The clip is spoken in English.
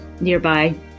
nearby